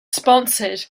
sponsored